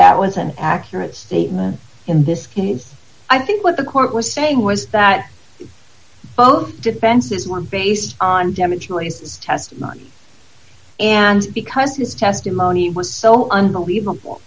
that was an accurate statement in this case i think what the court was saying was that both defenses were based on demonstrates test money and because his testimony was so unbelievable